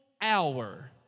hour